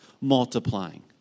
multiplying